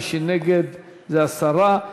מי שנגד זה הסרה.